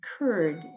occurred